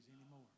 anymore